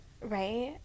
right